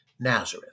Nazareth